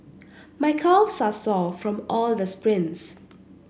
my calves are sore from all the sprints